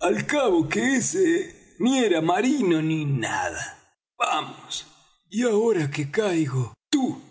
al cabo que ése ni era marino ni nada vamos y ahora que caigo tú